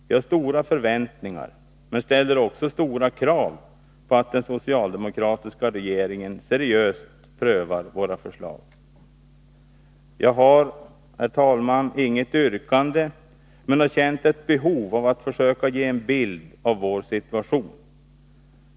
Vi har stora förväntningar men ställer också stora krav på att den socialdemokratiska regeringen seriöst prövar våra förslag. Jag har, herr talman, inget yrkande men har känt ett behov av att försöka ge en bild av vår situation.